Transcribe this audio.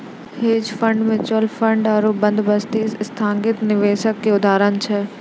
hedge fund, mutual fund आरु बंदोबस्ती संस्थागत निवेशको के उदाहरण छै